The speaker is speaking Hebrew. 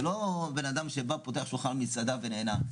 זה לא בן-אדם שבא, פותח לך מסעדה ונהנה.